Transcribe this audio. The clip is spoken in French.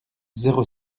zéro